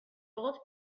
old